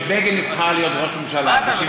סיפור למליאה: כאשר בגין נבחר להיות ראש ממשלה ב-1977,